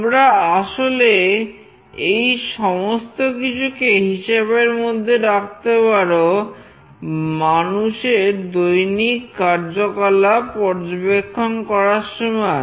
তোমরা আসলে এই সমস্ত কিছুকে হিসেবের মধ্যে রাখতে পারো মানুষের দৈনিক কার্যকলাপ পর্যবেক্ষণ করার সময়